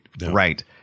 right